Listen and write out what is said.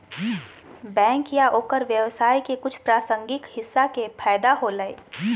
bank या ओकर व्यवसाय के कुछ प्रासंगिक हिस्सा के फैदा होलय